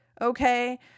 okay